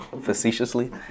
Facetiously